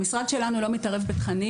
המשרד שלנו לא מתערב בתכנים